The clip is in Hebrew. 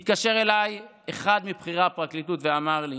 התקשר אליי אחד מבכירי הפרקליטות ואמר לי: